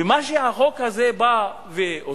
ומה שהחוק הזה בא ועושה,